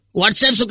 WhatsApp